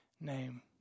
name